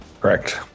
Correct